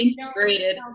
integrated